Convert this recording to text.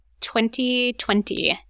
2020